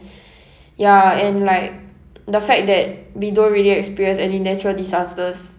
ya and like the fact that we don't really experience any natural disasters